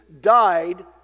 died